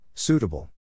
Suitable